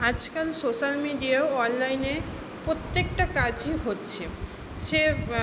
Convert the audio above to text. আজ কাল social media অনলাইনে প্রত্যেকটা কাজই হচ্ছে সে